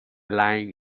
lying